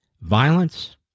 violence